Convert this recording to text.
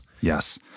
Yes